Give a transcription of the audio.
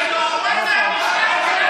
ניצן הורוביץ,